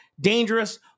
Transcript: dangerous